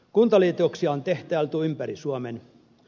kuntaliitoksia on tehtailtu ympäri suomen